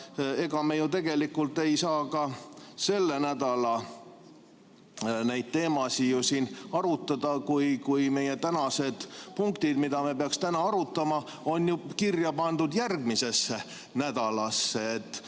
Ega me ju tegelikult ei saa ka selle nädala teemasid arutada, kui meie tänased punktid, mida me peaksime täna arutama, on kirja pandud järgmisesse nädalasse.